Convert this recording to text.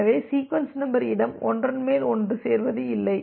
எனவே sequence number இடம் ஒன்றன் மேல் ஒன்று சேர்வது இல்லை